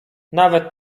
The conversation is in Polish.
nawet